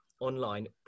online